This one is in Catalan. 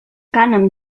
cànem